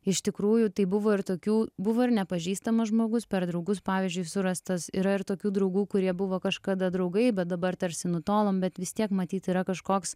iš tikrųjų tai buvo ir tokių buvo ir nepažįstamas žmogus per draugus pavyzdžiui surastas yra ir tokių draugų kurie buvo kažkada draugai bet dabar tarsi nutolom bet vis tiek matyt tai yra kažkoks